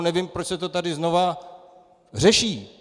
Nevím, proč se to tady znova řeší.